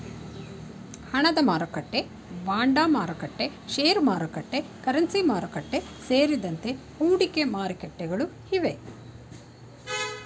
ಹಣದಮಾರುಕಟ್ಟೆ, ಬಾಂಡ್ಮಾರುಕಟ್ಟೆ, ಶೇರುಮಾರುಕಟ್ಟೆ, ಕರೆನ್ಸಿ ಮಾರುಕಟ್ಟೆ, ಸೇರಿದಂತೆ ಹೂಡಿಕೆ ಮಾರುಕಟ್ಟೆಗಳು ಇವೆ